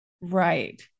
right